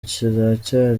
kiracyari